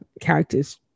characters